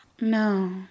No